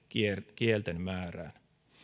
kielten määrään